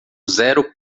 zero